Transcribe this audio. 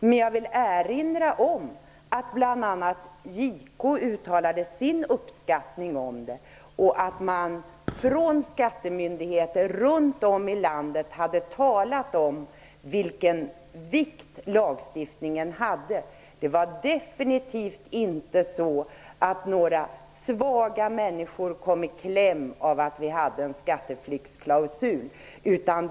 Men jag vill erinra om att bl.a. JK uttalade sin uppskattning av den och man från skattemyndigheter runt om i landet har talat om vilken vikt lagstiftningen hade. Det var definitivt inte så att några svaga människor kom i kläm för att vi hade en skatteflyktsklausul.